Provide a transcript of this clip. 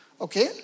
okay